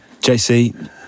JC